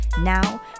Now